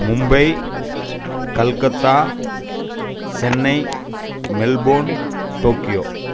Mumbai Calcutta Chennai Melbourne Tokyo